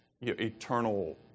eternal